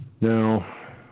Now